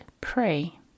pray